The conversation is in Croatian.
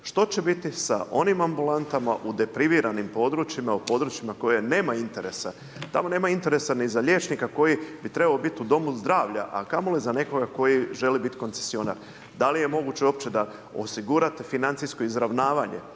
što će biti sa onim ambulantama u depriviranim područjima, u područjima koje nema interesa. Tamo nema interesa ni za liječnika koji bi trebao biti u domu zdravlja a kamoli za nekoga koji želi biti koncesionar. Da li je moguće uopće da osigurate financijsko izravnavanje